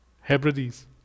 Hebrides